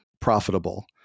profitable